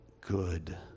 good